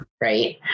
right